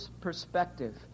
perspective